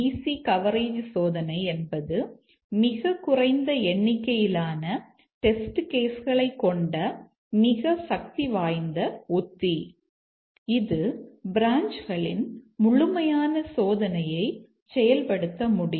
C coverage சோதனை என்பது மிகக் குறைந்த எண்ணிக்கையிலான டெஸ்ட் கேஸ் களைக் கொண்ட மிக சக்திவாய்ந்த உத்தி இது பிரான்ச்களின் முழுமையான சோதனையை செயல்படுத்த முடியும்